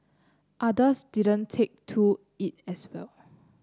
others didn't take to it as well